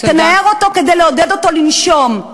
תנער אותו כדי לעודד אותו לנשום.